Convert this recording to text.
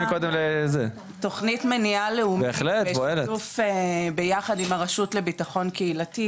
יש לנו תוכנית מניעה לאומית בשיתוף ביחד עם הרשות לביטחון קהילתי,